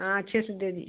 हाँ अच्छे से दे दिए